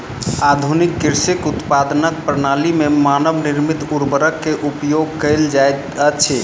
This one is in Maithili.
आधुनिक कृषि उत्पादनक प्रणाली में मानव निर्मित उर्वरक के उपयोग कयल जाइत अछि